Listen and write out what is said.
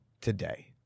today